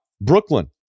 Brooklyn